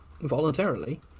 voluntarily